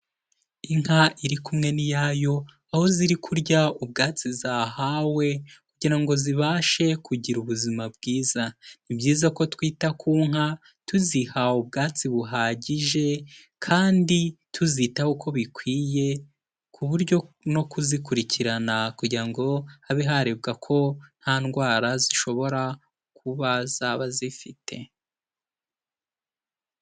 Inka iri kumwe n'iyayo aho ziri kurya ubwatsi zahawe kugira ngo zibashe kugira ubuzima bwiza, ni byiza ko twita ku nka tuziha ubwatsi buhagije kandi tuzitaho uko bikwiye, ku buryo no kuzikurikirana kugira ngo habe harebwa ko nta ndwara zishobora kuba zaba zifite.